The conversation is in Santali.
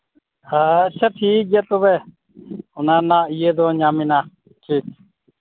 ᱟᱪᱪᱷᱟ ᱴᱷᱤᱠ ᱜᱮᱭᱟ ᱛᱚᱵᱮ ᱚᱱᱟ ᱨᱮᱱᱟᱜ ᱤᱭᱟᱹ ᱫᱚ ᱧᱟᱢ ᱮᱱᱟ ᱴᱷᱤᱠ